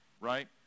right